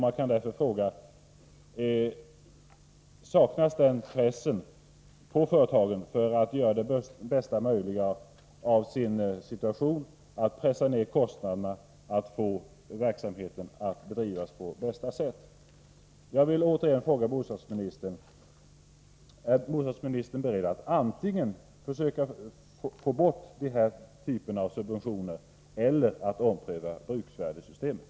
Man kan därför fråga: Saknas en press på företagen att göra det bästa möjliga av sin situation — att pressa ned kostnaderna och att bedriva verksamheten på bästa sätt?